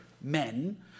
men